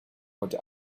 heute